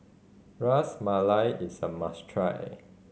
Ras Malai is a must try